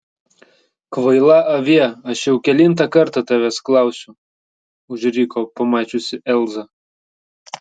kvaila avie aš jau kelintą kartą tavęs klausiu užriko pamačiusi elzą